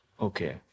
Okay